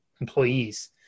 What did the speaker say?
employees